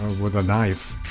with a knife